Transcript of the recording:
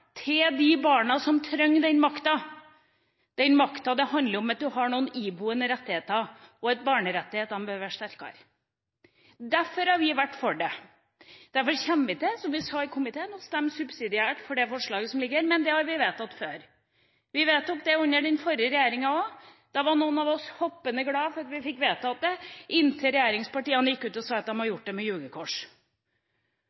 til de barna som trenger den makta, den makta som handler om at man har noen iboende rettigheter, og at barnerettighetene bør være sterkere. Derfor har vi vært for det. Derfor kommer vi, som vi sa i komiteen, til å stemme subsidiært for det forslaget som ligger her, men det har vi vedtatt før. Vi vedtok det under den forrige regjeringa også. Da var noen av oss hoppende glade for at vi fikk vedtatt det, inntil regjeringspartiene gikk ut og sa at